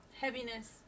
Heaviness